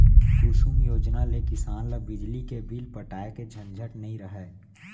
कुसुम योजना ले किसान ल बिजली के बिल पटाए के झंझट नइ रहय